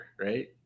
right